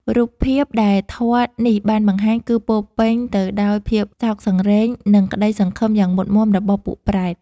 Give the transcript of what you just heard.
រូបភាពដែលធម៌នេះបានបង្ហាញ គឺពោរពេញទៅដោយភាពសោកសង្រេង និងក្ដីសង្ឃឹមយ៉ាងមុតមាំរបស់ពួកប្រេត។